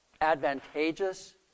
advantageous